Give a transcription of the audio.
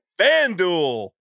FanDuel